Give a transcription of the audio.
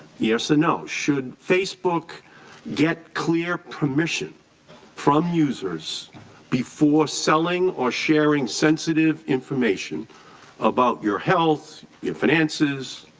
yes or no. should facebook get clear permission from users before selling or sharing sensitive information about your health, your finances,